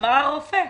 אמר הרופא.